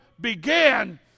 began